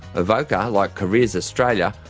evocca, like careers australia,